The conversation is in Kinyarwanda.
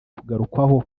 kugarukwaho